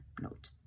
note